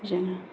जोङो